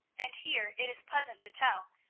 and here it is pleasant to tell,